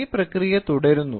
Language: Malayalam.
ഈ പ്രക്രിയ തുടരുന്നു